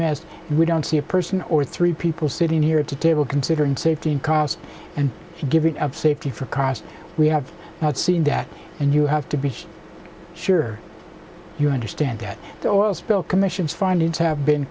missed we don't see a person or three people sitting here at the table considering safety in cost and giving of safety for cost we have not seen that and you have to be sure you understand that the oil spill commission's findings have been